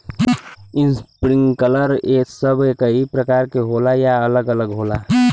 Sprinkler सब एकही प्रकार के होला या अलग अलग होला?